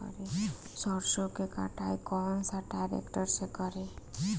सरसों के कटाई कौन सा ट्रैक्टर से करी?